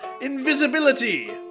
Invisibility